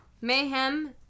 mayhem